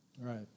right